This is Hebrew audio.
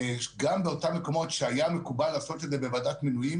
גם באותם מקומות שהיה מקובל לעשות את זה בוועדת מינויים,